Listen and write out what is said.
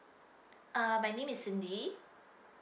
uh my name is cindy